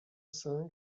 cinq